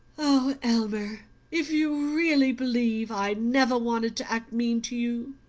elmer if you really believe i never wanted to act mean to you,